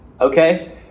okay